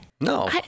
No